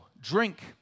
drink